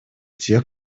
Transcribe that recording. тех